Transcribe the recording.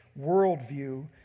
worldview